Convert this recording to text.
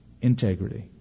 integrity